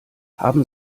haben